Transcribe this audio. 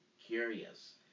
curious